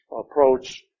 approach